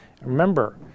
remember